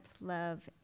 love